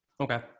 Okay